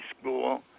school